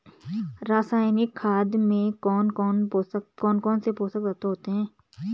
रासायनिक खाद में कौन कौन से पोषक तत्व होते हैं?